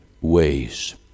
ways